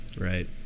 right